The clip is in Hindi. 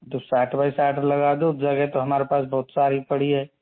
तो साठ बाई साठ लगा दो जगह तो हमारे पास बहुत सारी पड़ी है